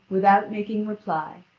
without making reply,